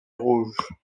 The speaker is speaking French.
rouge